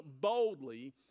boldly